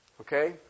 Okay